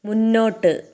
മുന്നോട്ട്